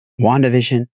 WandaVision